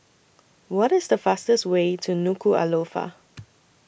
What IS The fastest Way to Nuku'Alofa